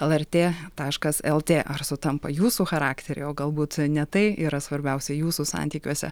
lrt taškas lt ar sutampa jūsų charakteriai o galbūt ne tai yra svarbiausia jūsų santykiuose